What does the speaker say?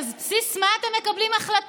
אז על בסיס מה אתם מקבלים החלטות?